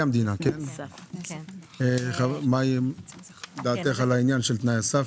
המדינה מה דעתך על העניין של תנאי הסף?